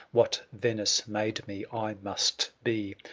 what venice made me, i must be,